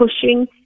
pushing